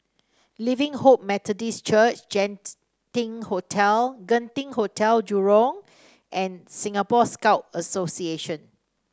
Living Hope Methodist Church Hotel Genting Hotel Jurong and Singapore Scout Association